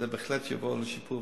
זה בהחלט יביא לשיפור.